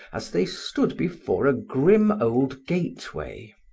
as they stood before a grim old gateway.